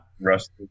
rusty